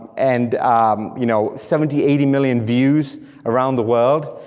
and um you know seventy, eighty million views around the world,